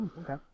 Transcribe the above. Okay